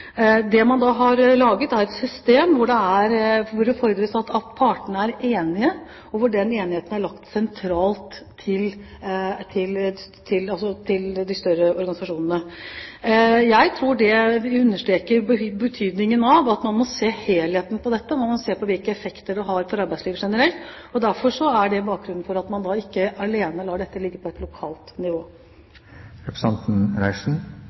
man da har laget, er et system hvor det fordres at partene er enige, og hvor den enigheten er lagt sentralt til de større organisasjonene. Jeg tror det understreker betydningen av at man må se helheten i dette, og man må se på hvilke effekter det har for arbeidslivet generelt. Det er bakgrunnen for at man ikke alene lar dette ligge på et lokalt